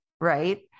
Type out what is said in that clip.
right